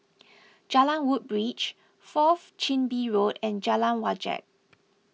Jalan Woodbridge Fourth Chin Bee Road and Jalan Wajek